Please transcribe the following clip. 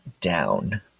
down